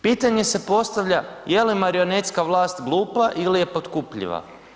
Pitanje se postavlja je li marionetska vlast glupa ili je potkupljiva?